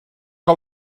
que